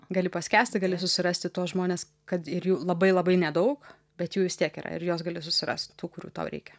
gali paskęsti gali susirasti tuos žmones kad ir jų labai labai nedaug bet jų vis tiek yra ir juos gali susirast tų kurių tau reikia